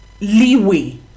leeway